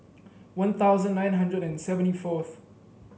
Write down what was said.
One Thousand nine hundred and seventy fourth